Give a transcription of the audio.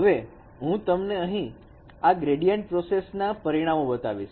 હવે હું તમને અહીં આ gradient પ્રોસેસના પરિણામો બતાવીશ